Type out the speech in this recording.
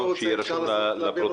כדי שיהיה רשום בפרוטוקול,